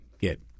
get